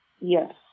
Yes